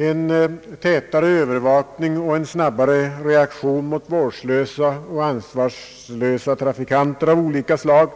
En noggrannare Övervakning och en snabbare reaktion mot vårdslösa och ansvarslösa trafikanter av olika slag